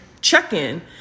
Check-In